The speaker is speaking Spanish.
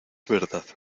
verdad